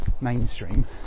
mainstream